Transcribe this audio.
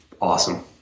awesome